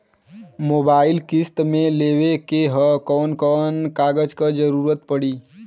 Mobile किस्त मे लेवे के ह कवन कवन कागज क जरुरत पड़ी?